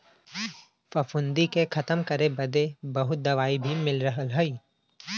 फफूंदी के खतम करे बदे बहुत दवाई भी मिल रहल हई